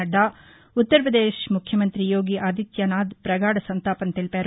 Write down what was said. నడ్గా ఉత్తర పదేశ్ ముఖ్యమంత్రి యోగి ఆదిత్యనాధ్ ప్రగాఢ సంతాపం తెలిపారు